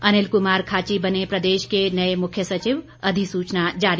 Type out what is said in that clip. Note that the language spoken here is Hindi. अनिल कुमार खाची बने प्रदेश के नए मुख्य सचिव अधिसूचना जारी